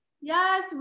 Yes